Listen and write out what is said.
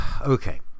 Okay